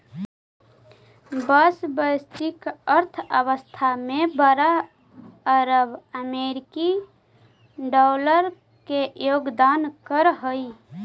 बाँस वैश्विक अर्थव्यवस्था में बारह अरब अमेरिकी डॉलर के योगदान करऽ हइ